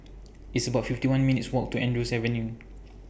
It's about fifty one minutes' Walk to Andrews Avenue